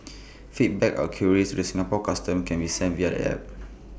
feedback or queries to the Singapore Customs can be sent via the app